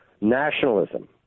Nationalism